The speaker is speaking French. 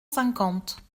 cinquante